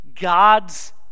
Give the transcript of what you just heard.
God's